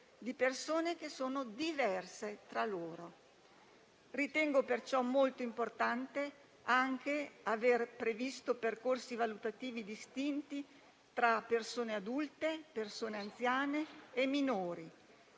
di persone, di persone diverse tra loro. Ritengo, perciò, molto importante anche aver previsto percorsi valutativi distinti tra persone adulte, persone anziane e minori,